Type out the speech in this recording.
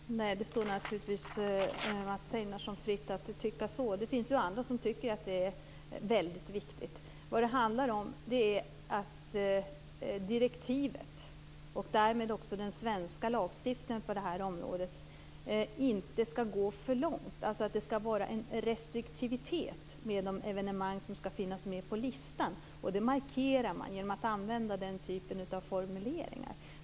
Herr talman! Nej, det står naturligtvis Mats Einarsson fritt att tycka så. Det finns andra som tycker att det är väldigt viktigt. Vad det handlar om är att direktivet och därmed också den svenska lagstiftningen på det här området inte skall gå för långt. Det skall vara en restriktivitet med de evenemang som skall finnas med på listan. Det markerar man genom att använda den typen av formuleringar.